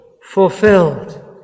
fulfilled